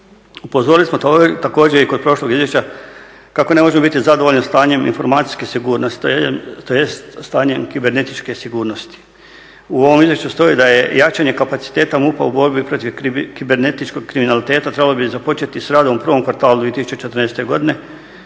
Upozorili smo također i kod prošlog izvješća kako ne možemo biti zadovoljni stanjem informacijske sigurnosti, tj. stanjem kibernetičke sigurnosti. U ovom izvješću stoji da je jačanje kapaciteta MUP-a u borbi protiv kibernetičkog kriminaliteta trebalo bi započeti s radom u prvom kvartalu 2014. godine,